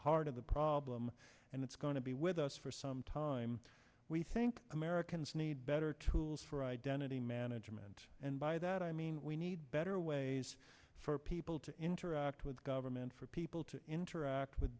heart of the problem and it's going to be with us for some time we think americans need better tools for identity management and by that i mean we need better ways for people to interact with government for people to interact with